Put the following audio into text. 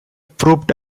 proved